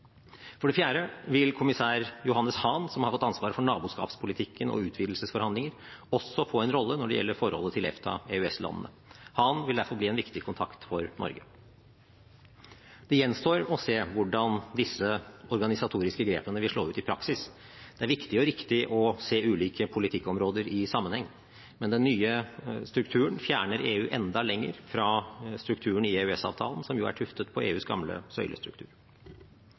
For det fjerde vil kommissær Johannes Hahn, som har fått ansvaret for naboskapspolitikken og utvidelsesforhandlinger, også få en rolle når det gjelder forholdet til EFTA-/EØS-landene. Hahn vil derfor bli en viktig kontakt for Norge. Det gjenstår å se hvordan disse organisatoriske grepene vil slå ut i praksis. Det er viktig og riktig å se ulike politikkområder i sammenheng. Men den nye strukturen fjerner EU enda lenger fra strukturen i EØS-avtalen, som jo er tuftet på EUs gamle søylestruktur.